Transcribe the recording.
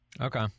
Okay